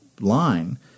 line